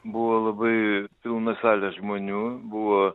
buvo labai pilna salė žmonių buvo